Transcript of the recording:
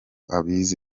abizi